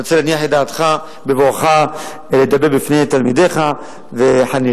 אני רוצה להניח את דעתך בבואך לדבר בפני תלמידיך וחניכיך.